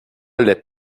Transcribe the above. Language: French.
les